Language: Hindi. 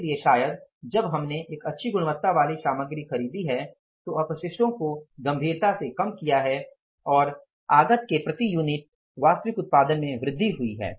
इसलिए शायद जब हमने एक अच्छी गुणवत्ता वाली सामग्री खरीदी है तो अपशिष्टों को गंभीरता से कम किया गया है और आगत के प्रति यूनिट वास्तविक उत्पादन में वृद्धि हुई है